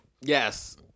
Yes